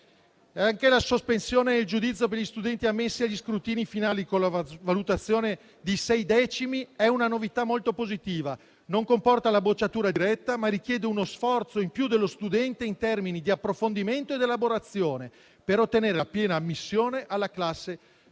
Anche la sospensione del giudizio per gli studenti ammessi agli scrutini finali con la valutazione di sei decimi è una novità molto positiva: non comporta la bocciatura diretta, ma richiede uno sforzo in più dello studente in termini di approfondimento e di elaborazione per ottenere la piena ammissione alla classe successiva.